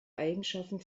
eigenschaften